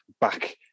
back